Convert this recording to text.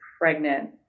pregnant